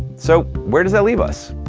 so where does that leave us?